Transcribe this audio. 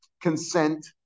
consent